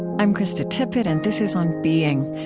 i'm krista tippett, and this is on being.